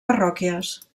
parròquies